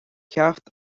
ceacht